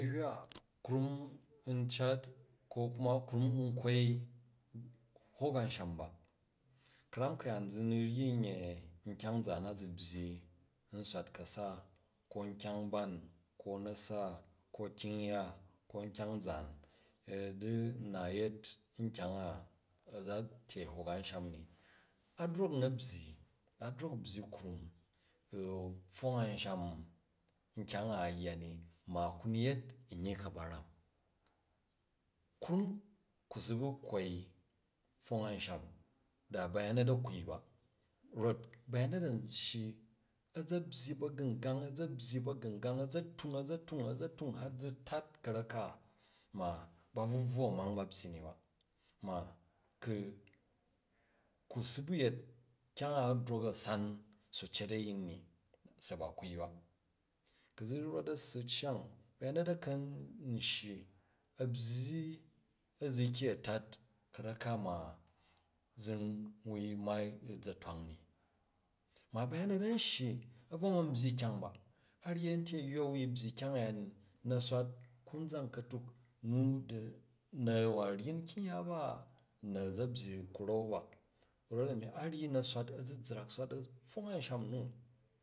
N huywa krum n cat, ko kuma knuni u kwoi hok anshani ba. Ka̱ram ka̱yaan zini nye nkya̱ng zaan na li byyi n swat ka̱sa ko nkyang ban, ko nasa, ko nkyang ya, ko nkya̱ng zaan, u di nna yet nkyang a a̱ za lyei hok ancham ni. A dook u̱ na̱ byyi, a drok u̱ byyi krum u ptong ansha̱m nkya̱ng a, a yya ni ma ku ni yet nyyi ka̱baram. Krum ku si ba kwoi pfong anshan da ba̱yanyel a̱ koui ba, rot ba̱yanget an shyi, a̱za̱ byyi ba̱gu̱ng ang, a̱ za̱ byyi, ba̱gu̱ngang, a̱ za̱ tung, a̱ za̱ tung, a̱za̱ tung hal zi tat karek ka ma ba bven brwo a̱mang ba byyi ni ba ma ku̱ si bw yet kyang drok u̱ san bucat a̱yin ni se ba kwui ba. Ku̱ zi rot a̱ssi u̱ cyang ba̱yamyet a̱ ka̱ shyi, a̱ byyi a̱ziki a̱tat ka̱rek ka ma̱ zi wui maai u̱ za̱ twang ni. Ma ba̱yanyet a̱n shyi, a̱ tovo ma byyi kyang ba, a ryi a̱ntye a̱ywu, a̱ wui byyi kyang uya ni, na̱ swat konzan ka̱tuk, nu di na̱ wa ryiu kyang ya ba, na̱ za̱ byyi ku ra̱n ba. Rot-a̱mi a ryi na̱ swat a̱zizrak swat a̱ pfong ansham nu.